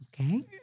Okay